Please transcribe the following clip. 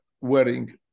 wearing